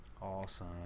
Awesome